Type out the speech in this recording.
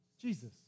Jesus